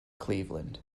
cleveland